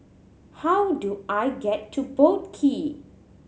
how do I get to Boat Quay